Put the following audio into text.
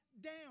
down